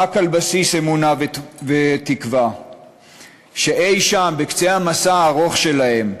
רק על בסיס אמונה ותקווה שאי-שם בקצה המסע הארוך שלהם,